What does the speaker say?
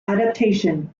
adaptation